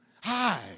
Hi